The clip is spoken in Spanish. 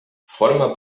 forma